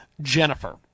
Jennifer